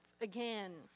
Again